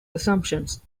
assumptions